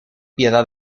piedad